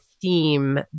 theme